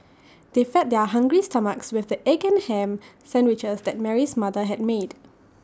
they fed their hungry stomachs with the egg and Ham Sandwiches that Mary's mother had made